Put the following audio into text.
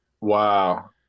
Wow